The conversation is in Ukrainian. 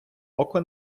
око